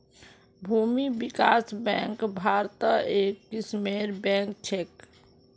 भूमि विकास बैंक भारत्त एक किस्मेर बैंक छेक